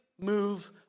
move